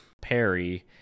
Perry